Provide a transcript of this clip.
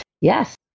Yes